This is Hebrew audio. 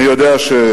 אני יודע שהוא